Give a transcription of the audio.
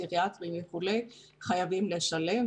פסיכיאטרים וכולי חייבים לשלם,